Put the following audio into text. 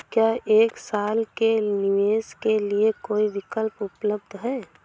क्या एक साल के निवेश के लिए कोई विकल्प उपलब्ध है?